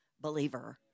believer